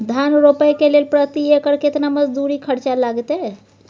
धान रोपय के लेल प्रति एकर केतना मजदूरी खर्चा लागतेय?